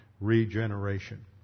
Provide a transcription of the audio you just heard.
regeneration